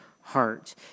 heart